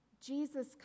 Jesus